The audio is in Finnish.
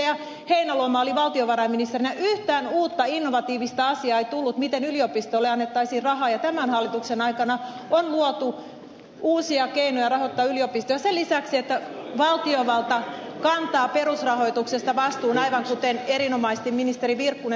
heinäluoma oli valtiovarainministerinä yhtään uutta innovatiivista asiaa ei tullut miten yliopistoille annettaisiin rahaa ja tämän hallituksen aikana on luotu uusia keinoja rahoittaa yliopistoja sen lisäksi että valtiovalta kantaa perusrahoituksesta vastuun aivan kuten erinomaisesti ministeri virkkunen totesi